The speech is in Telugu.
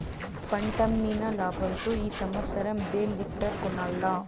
పంటమ్మిన లాబంతో ఈ సంవత్సరం బేల్ లిఫ్టర్ కొనాల్ల